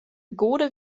goede